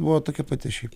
buvo tokia pati šiaip